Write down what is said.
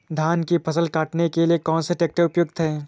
धान की फसल काटने के लिए कौन सा ट्रैक्टर उपयुक्त है?